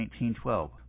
1912